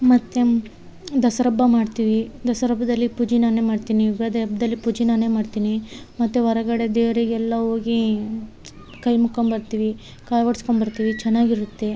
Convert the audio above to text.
ಮತ್ತು ದಸ್ರಾಬ್ಬ ಮಾಡ್ತೀವಿ ದಸ್ರಾಹಬ್ಬದಲ್ಲಿ ಪೂಜೆ ನಾನೆ ಮಾಡ್ತೀನಿ ಯುಗಾದಿ ಹಬ್ದಲ್ಲಿ ಪೂಜೆ ನಾನೆ ಮಾಡ್ತೀನಿ ಮತ್ತು ಹೊರಗಡೆ ದೇವರಿಗೆಲ್ಲ ಹೋಗಿ ಕೈ ಮುಕ್ಕೊಂಡು ಬರ್ತಿವಿ ಕಾಯಿ ಒಡೆಸ್ಕೊಂಡ್ ಬರ್ತಿವಿ ಚೆನ್ನಾಗಿರುತ್ತೆ